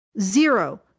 zero